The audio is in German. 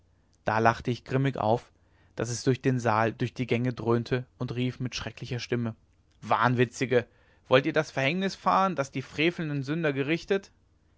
da lachte ich grimmig auf daß es durch den saal durch die gänge dröhnte und rief mit schrecklicher stimme wahnwitzige wollt ihr das verhängnis fahen das die frevelnden sünder gerichtet